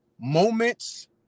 moments